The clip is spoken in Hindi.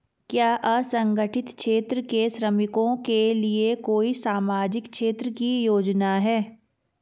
क्या असंगठित क्षेत्र के श्रमिकों के लिए कोई सामाजिक क्षेत्र की योजना है?